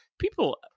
people